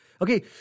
Okay